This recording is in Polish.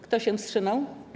Kto się wstrzymał?